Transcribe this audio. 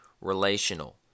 relational